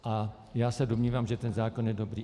A já se domnívám, že ten zákon je dobrý.